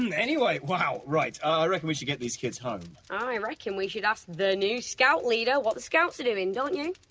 and anyway, wow, right, i reckon we should get these kids home. i reckon we should ask the new scout leader what the scouts are doing, don't you?